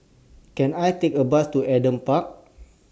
Can I Take A Bus to Adam Park